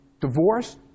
divorce